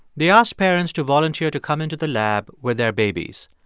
they asked parents to volunteer to come into the lab with their babies.